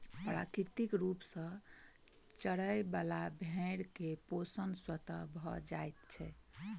प्राकृतिक रूप सॅ चरय बला भेंड़ के पोषण स्वतः भ जाइत छै